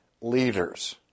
leaders